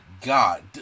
God